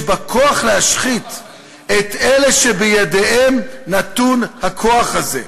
בכוח להשחית את אלה שבידיהם נתון הכוח הזה.